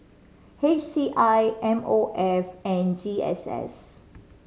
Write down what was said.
H C I M O F and G S S